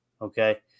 Okay